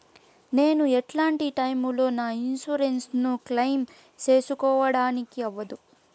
నేను ఎట్లాంటి టైములో నా ఇన్సూరెన్సు ను క్లెయిమ్ సేసుకోవడానికి అవ్వదు?